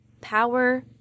Power